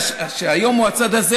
שהיום הוא הצד הזה,